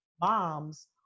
moms